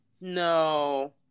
No